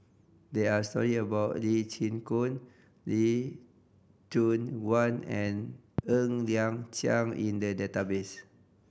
there are stories about Lee Chin Koon Lee Choon Guan and Ng Liang Chiang in the database